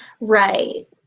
Right